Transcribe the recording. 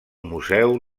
museu